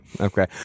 okay